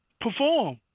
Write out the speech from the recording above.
perform